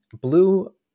blue